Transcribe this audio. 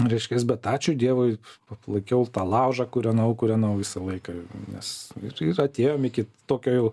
reiškias bet ačiū dievui atlaikiau tą laužą kūrenau kūrenau visą laiką nes ir ir atėjom iki tokio jau